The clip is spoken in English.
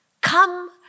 come